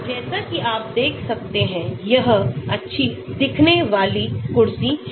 जैसा कि आप देख सकते हैंयह अच्छी दिखने वाली कुर्सी है